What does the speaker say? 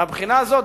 מהבחינה הזאת,